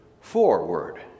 forward